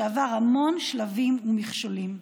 שעבר המון שלבים ומכשולים.